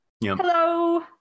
Hello